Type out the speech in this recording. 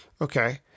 Okay